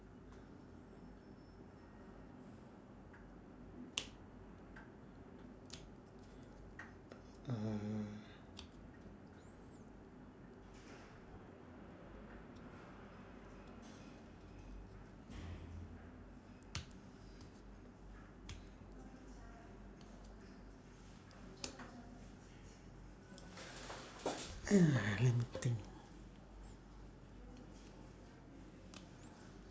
ah let me think